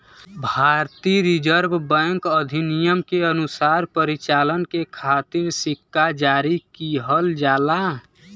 भारतीय Reserve Bank अधिनियम के अनुसार परिचालन के खातिर सिक्का जारी किहल जाला